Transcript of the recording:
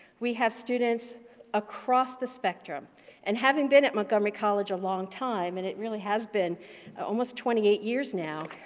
we have students across the spectrum and having been at montgomery college along time, and it really has been almost twenty eight years now,